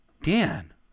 Dan